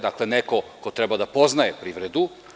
Dakle, neko ko treba da poznaje privredu.